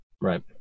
Right